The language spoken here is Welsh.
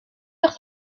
wrth